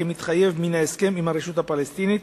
כמתחייב מן ההסכם עם הרשות הפלסטינית,